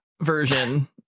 version